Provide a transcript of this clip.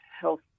Health